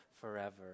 forever